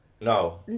no